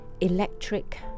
electric